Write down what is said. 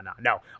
No